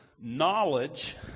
knowledge